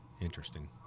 Interesting